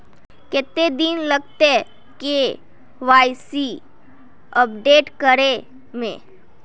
कते दिन लगते के.वाई.सी अपडेट करे में?